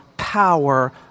Power